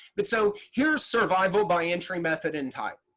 but so here's survival by entry method and type.